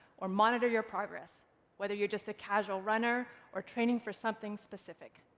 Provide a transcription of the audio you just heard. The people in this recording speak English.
or monitor your progress whether you're just a casual runner, or training for something specific.